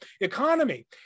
economy